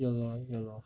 ya lor ya lor